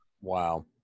Wow